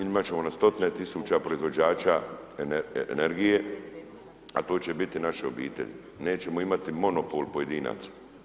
Imati ćemo na stotine tisuća proizvođača energije, a to će biti naše obitelji, nećemo imati monopol pojedinaca.